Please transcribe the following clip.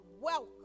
welcome